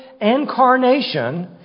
incarnation